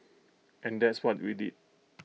and that's what we did